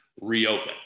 reopen